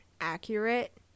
accurate